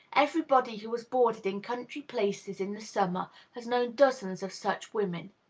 everybody who has boarded in country places in the summer has known dozens of such women.